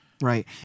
Right